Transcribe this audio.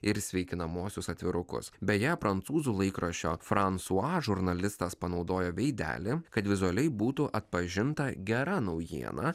ir sveikinamuosius atvirukus beje prancūzų laikraščio fransua žurnalistas panaudojo veidelį kad vizualiai būtų atpažinta gera naujiena